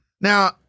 Now